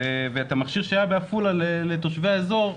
ואת המכשיר שהיה בעפולה לתושבי האזור,